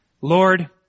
Lord